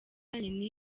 ibijyanye